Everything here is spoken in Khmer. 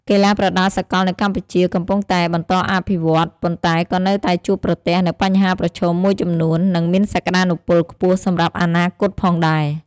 កីឡាប្រដាល់សកលនៅកម្ពុជាកំពុងតែបន្តអភិវឌ្ឍ ប៉ុន្តែក៏នៅតែជួបប្រទះនូវបញ្ហាប្រឈមមួយចំនួន និងមានសក្ដានុពលខ្ពស់សម្រាប់អនាគតផងដែរ។